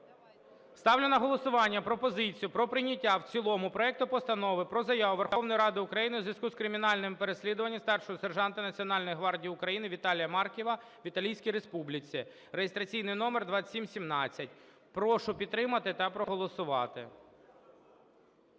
Ставлю на голосування пропозицію про прийняття в цілому проекту Постанови про заяву Верховної Ради у зв'язку з кримінальним переслідуванням старшого сержанта Національної гвардії України Віталія Марківа в Італійській Республіці (реєстраційний номер 2717). Прошу підтримати та проголосувати.